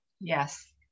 yes